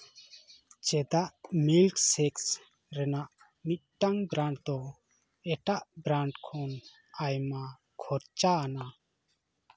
ᱪᱮᱫᱟᱜ ᱢᱤᱞᱠᱥᱮᱠᱥ ᱨᱮᱱᱟᱜ ᱢᱤᱫᱴᱟᱝ ᱵᱨᱟᱱᱰ ᱫᱚ ᱮᱴᱟᱜ ᱵᱨᱮᱱᱰ ᱠᱷᱚᱱ ᱟᱭᱢᱟ ᱠᱷᱚᱨᱪᱟ ᱟᱱᱟᱜ